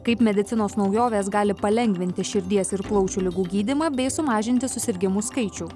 kaip medicinos naujovės gali palengvinti širdies ir plaučių ligų gydymą bei sumažinti susirgimų skaičių